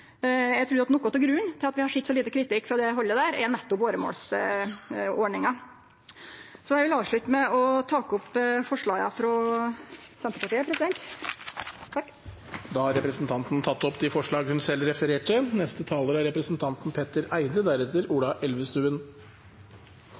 Eg trur at noko av grunnen til at vi har sett så lite kritikk frå det haldet, er nettopp åremålsordninga. Eg vil ta opp forslaga som Senterpartiet står bak åleine. Da har representanten Jenny Klinge tatt opp de forslagene hun refererte